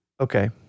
Okay